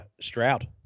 Stroud